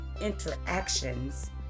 interactions